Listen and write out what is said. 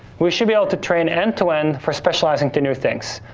we should be able to train end to end for specializing to new things.